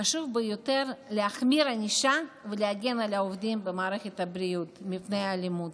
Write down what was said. חשוב ביותר להחמיר ענישה ולהגן על העובדים במערכת הבריאות מפני אלימות.